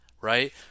right